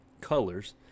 colors